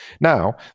Now